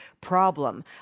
problem